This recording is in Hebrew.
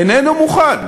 איננו מוכן,